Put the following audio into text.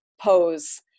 pose